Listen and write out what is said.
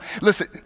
Listen